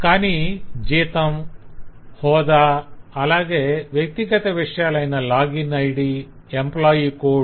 కాని జీతం హోదా అలాగే వ్యక్తిగత విషయాలైన లాగిన్ ఐడి ఎంప్లాయ్ కోడ్